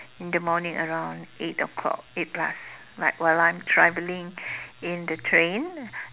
in the morning around eight o'clock eight plus when I am traveling in the train